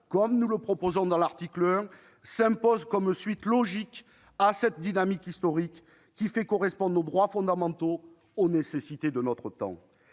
comme nous le proposons à l'article 1, s'impose comme une suite logique à cette dynamique historique qui fait correspondre nos droits fondamentaux aux nécessités de notre temps.